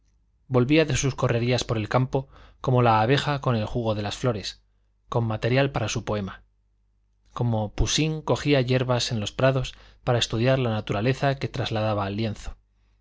volvía de sus correrías por el campo como la abeja con el jugo de las flores con material para su poema como poussin cogía yerbas en los prados para estudiar la naturaleza que trasladaba al lienzo